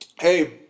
Hey